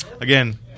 Again